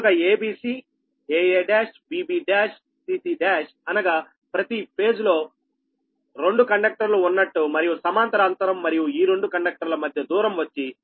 కనుక a b c aa1 bb1 cc1 అనగా ప్రతి పేజ్ లో రెండు కండక్టర్లు ఉన్నట్టు మరియు సమాంతర అంతరం మరియు ఈ రెండు కండక్టర్ ల మధ్య దూరం వచ్చి 0